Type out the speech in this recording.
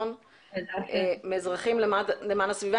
מ"אזרחים למען הסביבה".